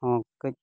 ᱦᱚᱸ ᱠᱟᱹᱡ